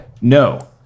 no